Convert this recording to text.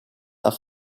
are